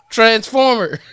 Transformer